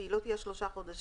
שהיא לא תהיה שלושה חודשים.